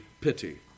pity